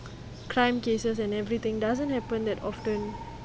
crime cases and everything doesn't happen that often